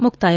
ಮುಕ್ತಾಯ